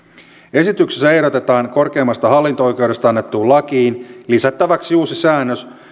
esityksessä ehdotetaan korkeimmasta hallinto oikeudesta annettuun lakiin lisättäväksi uusi säännös